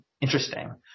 Interesting